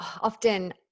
often